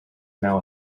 now